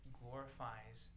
glorifies